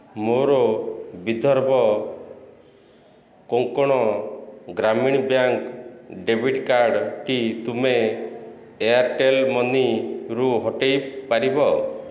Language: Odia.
ମୋର ବିଦର୍ଭ କୋଙ୍କଣ ଗ୍ରାମୀଣ ବ୍ୟାଙ୍କ୍ ଡ଼େବିଟ୍ କାର୍ଡ଼ଟି ତୁମେ ଏୟାର୍ଟେଲ୍ ମନିରୁ ହଟେଇ ପାରିବ